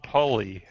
Polly